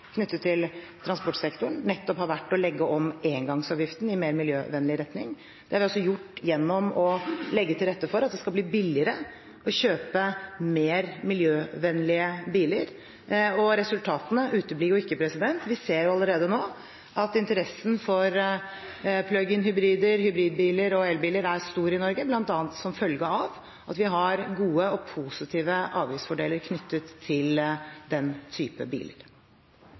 knyttet til transportsektoren, nettopp har vært å legge om engangsavgiften i mer miljøvennlig retning. Det har vi gjort gjennom å legge til rette for at det skal bli billigere å kjøpe mer miljøvennlige biler. Og resultatene uteblir ikke. Vi ser allerede nå at interessen for plug-in-hybrider, hybridbiler og elbiler er stor i Norge, bl.a. som følge av at vi har gode og positive avgiftsfordeler knyttet til den type biler.